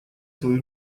свою